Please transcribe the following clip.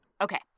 Okay